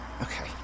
Okay